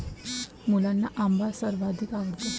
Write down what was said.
मुलांना आंबा सर्वाधिक आवडतो